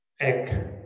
egg